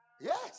yes